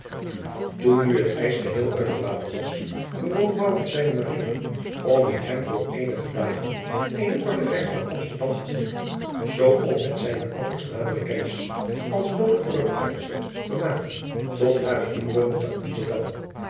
oen nu het ijs geheel uit het water was bewoog zijne om met hem voor eenige dagen eene korte reis naar msterdam te doen zoo om met zijne ouders nadere kennis als noodige voorbereidsels te maken tot hare inwoning te msterdam